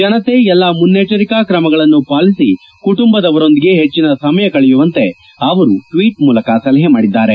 ಜನತೆ ಎಲ್ಲಾ ಮುನ್ನೆಚ್ಚರಿಕಾ ಕ್ರಮಗಳನ್ನು ಪಾಲಿಸಿ ಕುಟುಂಬದವರೊಂದಿಗೆ ಹೆಚ್ಚಿನ ಸಮಯ ಕಳೆಯುವಂತೆ ಅವರು ಟ್ಲೀಟ್ ಮೂಲಕ ಸಲಹೆ ಮಾಡಿದ್ದಾರೆ